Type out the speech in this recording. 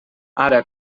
ara